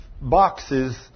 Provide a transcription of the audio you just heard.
boxes